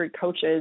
coaches